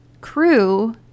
crew